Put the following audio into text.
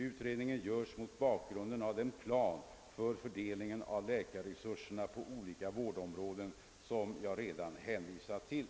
Utredningen görs mot bakgrunden av den plan för fördelningen av läkarresurserna på olika vårdområden som jag redan hänvisat till.